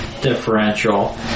differential